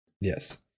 Yes